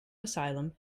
asylum